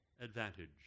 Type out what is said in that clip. advantage